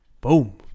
Boom